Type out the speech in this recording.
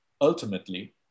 ultimately